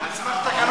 על סמך תקנות,